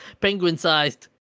penguin-sized